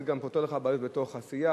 זה גם פותר לך בעיות בתוך הסיעה,